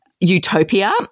Utopia